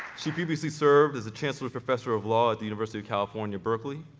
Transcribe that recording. she previously served as a chancellor professor of law at the university of california berkeley.